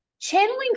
Channeling